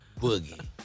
Boogie